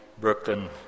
Brooklyn